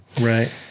right